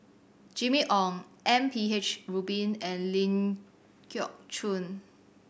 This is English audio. Jimmy Ong M P H Rubin and Ling Geok Choon